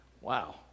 Wow